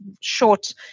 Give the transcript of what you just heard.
short